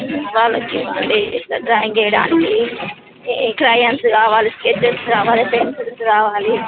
వాళ్ళకివ్వండి drawing వెయ్యడానికి crayons కావాలి sketches కావాలి పెన్సిల్స్ కావాలి